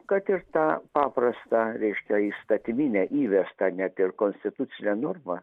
kad ir tą paprastą reiškia įstatyminę įvestą net ir konstitucinę normą